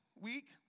week